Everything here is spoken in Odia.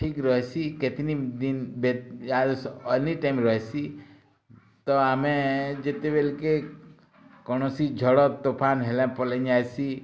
ଠିକ୍ ରହିସି କେତନି ଦିନ୍ ଇହାଦେ ଅନି ଟାଇମ୍ ରହିସି ତ ଆମେ ଯେତେବେଲକେ କୌଣସି ଝଡ଼ ତୋଫାନ୍ ହେଲେ ପଲେଇଯାଏସି